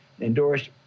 Endorsed